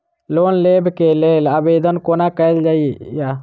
Loan लेबऽ कऽ लेल आवेदन कोना कैल जाइया?